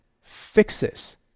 fixes